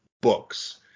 books